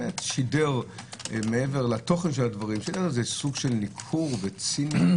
ששידר מעבר לתוכן הדברים סוג של ניכור וציניות